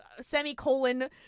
semicolon